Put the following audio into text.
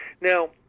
Now